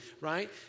Right